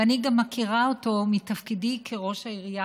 ואני גם מכירה אותו מתפקידי כראש עירייה,